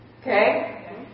Okay